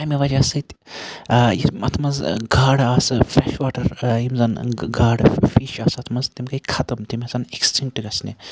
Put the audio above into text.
تمہِ وَجہ سۭتۍ یِم اتھ مَنٛز گاڈٕ آسہٕ فریٚش واٹَر یِم زَن گاڈٕ فِش آسہٕ اتھ مَنٛز تِم گٔے ختم تِم ہیٚژَن ایٚکسٹِنٛکٹ گَژھنہِ